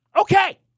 Okay